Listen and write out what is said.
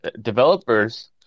developers